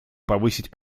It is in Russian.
повысить